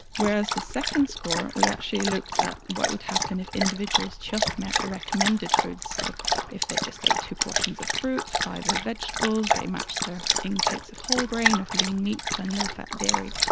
whereas the second score we actually looked at what would happen if individuals just met the recommended foods, so if they just ate two portions of fruit, five of the vegetables, they matched their intakes of wholegrain, of lean meats and low fat dairy.